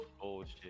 bullshit